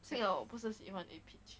幸好我不是喜欢 A peach